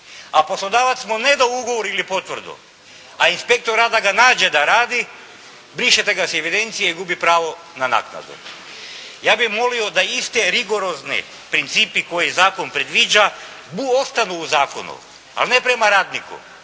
a poslodavac mu ne da ugovor ili potvrdu a inspektor rada ga nađe da radi brišete ga iz evidencije i gubi pravo na naknadu. Ja bih molio da isti rigorozni principe koje zakon predviđa ostanu u zakonu. Ali ne prema radniku